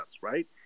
right